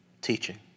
teaching